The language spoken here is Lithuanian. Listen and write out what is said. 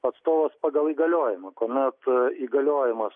atstovas pagal įgaliojimą kuomet įgaliojamas